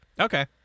Okay